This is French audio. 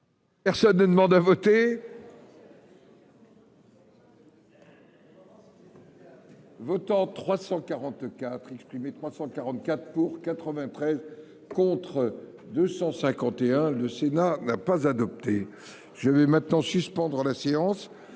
Personne ne demande à voter. Votants 344 exprimés, 344 pour 93 contre 251, le Sénat n'a pas adopté, je vais maintenant suspendre la séance.